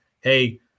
hey